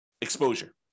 exposure